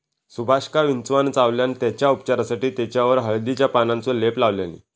सुभाषका विंचवान चावल्यान तेच्या उपचारासाठी तेच्यावर हळदीच्या पानांचो लेप लावल्यानी